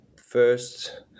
first